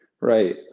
Right